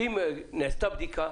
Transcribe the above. אם נעשתה בדיקה